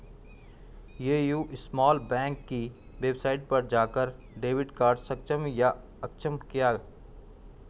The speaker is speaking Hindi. ए.यू स्मॉल बैंक की वेबसाइट पर जाकर डेबिट कार्ड सक्षम या अक्षम किया